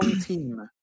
team